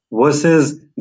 versus